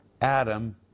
Adam